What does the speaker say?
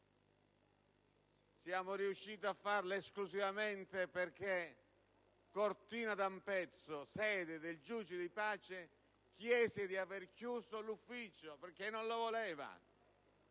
Siamo riusciti a farlo esclusivamente per Cortina d'Ampezzo, sede del giudice di pace, che chiese che venisse chiuso l'ufficio perché non lo voleva.